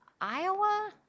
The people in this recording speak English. Iowa